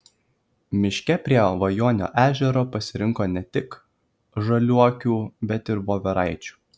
miške prie vajuonio ežero prisirinko ne tik žaliuokių bet ir voveraičių